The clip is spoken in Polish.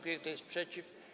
Kto jest przeciw?